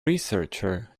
researcher